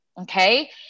okay